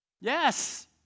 Yes